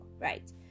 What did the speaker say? right